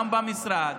גם במשרד,